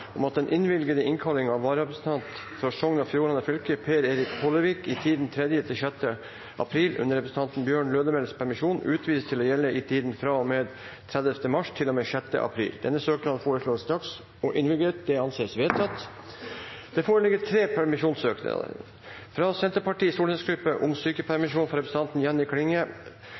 om at den innvilgede innkalling av vararepresentant for Sogn og Fjordane fylke, Bjørn Erik Hollevik i tiden 3.–6. april, under representanten Bjørn Lødemels permisjon, utvides til å gjelde i tiden fra og med 30. mars til og med 6. april. Denne søknad foreslås behandlet straks og innvilget. – Det anses vedtatt. Det foreligger tre permisjonssøknader: fra Senterpartiets stortingsgruppe om sykepermisjon for representanten Jenny Klinge